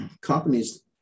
companies